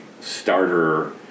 starter